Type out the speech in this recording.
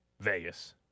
Vegas